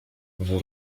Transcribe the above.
wór